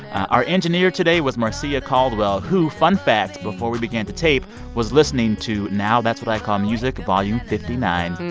our engineer today was marcia caldwell, who fun fact before we began to tape was listening to now that's what i call music volume fifty nine.